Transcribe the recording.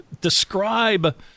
describe